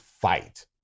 fight